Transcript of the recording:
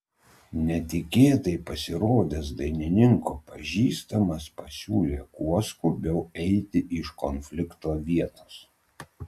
netikėtai pasirodęs dainininko pažįstamas pasiūlė kuo skubiau eiti iš konflikto vietos